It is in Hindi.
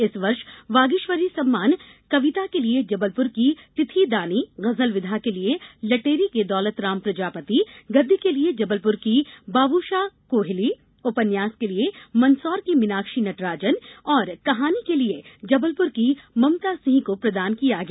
इस वर्ष वागीश्वरी सम्मान कविता के लिए जबलपुर की तिथि दानी गजल विधा के लिए लटेरी दौलतराम प्रजापति गद्य के लिए जबलपुर की बाबूषा कोहिली उपन्यास की लिए मंदसौर की मीनाक्षी नटराजन और कहानी के लिए जबलपुर की ममता सिंह को प्रदान किया गया